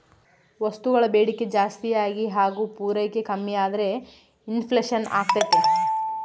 ವಸ್ತುಗಳ ಬೇಡಿಕೆ ಜಾಸ್ತಿಯಾಗಿ ಹಾಗು ಪೂರೈಕೆ ಕಮ್ಮಿಯಾದ್ರೆ ಇನ್ ಫ್ಲೇಷನ್ ಅಗ್ತೈತೆ